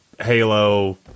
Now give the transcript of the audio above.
Halo